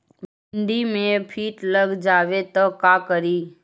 भिन्डी मे किट लग जाबे त का करि?